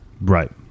right